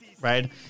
right